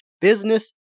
Business